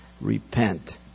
Repent